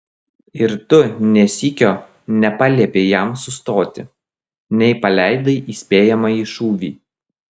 ir tu nė sykio nepaliepei jam sustoti nei paleidai įspėjamąjį šūvį